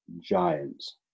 giants